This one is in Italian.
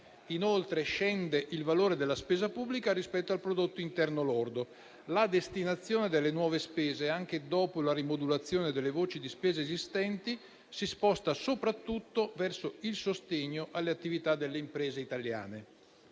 Inoltre, scende il valore della spesa pubblica rispetto al prodotto interno lordo; la destinazione delle nuove spese, anche dopo la rimodulazione delle voci di spesa esistenti, si sposta soprattutto verso il sostegno alle attività delle imprese italiane.